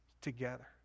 together